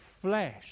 Flesh